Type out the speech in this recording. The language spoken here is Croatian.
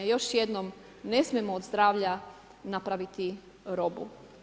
Još jednom, ne smijemo od zdravlja napraviti robu.